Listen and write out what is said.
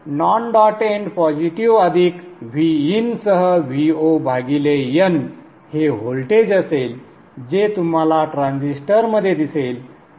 तर non dot and positive अधिक Vin सह Vo भागिले n हे व्होल्टेज असेल जे तुम्हाला ट्रान्झिस्टरमध्ये दिसेल